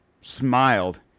smiled